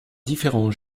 différents